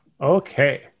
Okay